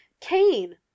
Cain